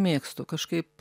mėgstu kažkaip